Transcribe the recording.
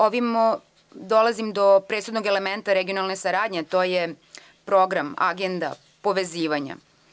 Ovim dolazim do presudnog elementa regionalne saradnje, to je program, agenda povezivanja.